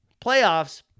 playoffs